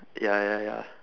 ya ya ya